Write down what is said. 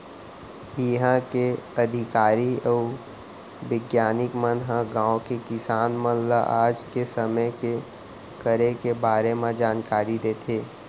इहॉं के अधिकारी अउ बिग्यानिक मन ह गॉंव के किसान मन ल आज के समे के करे के बारे म जानकारी देथे